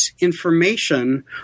information